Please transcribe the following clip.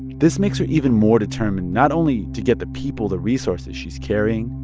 this makes her even more determined not only to get the people the resources she's carrying,